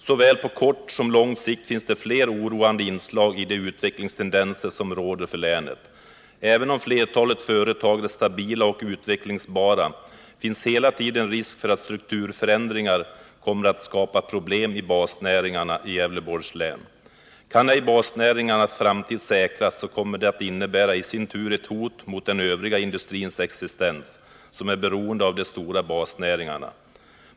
Såväl på kort som på lång sikt finns det fler oroande inslag i de utvecklingstendenser som råder i länet. Även om flertalet företag är stabila och utvecklingsbara, finns hela tiden risk för att strukturförändringar kommer att skapa problem i basnäringarna i Gävleborgs län. Kan ej basnäringarnas framtid säkras, kommer det i sin tur att innebära ett hot mot den övriga industrins existens, som är beroende av de stora basnäringarna.